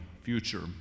future